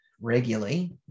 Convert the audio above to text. regularly